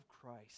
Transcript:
Christ